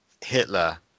Hitler